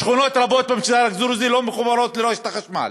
שכונות רבות במגזר הדרוזי לא מחוברות לרשת החשמל.